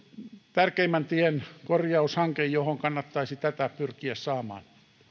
tärkeimmän tien korjaushanke johon kannattaisi tätä pyrkiä saamaan